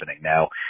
Now